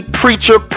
preacher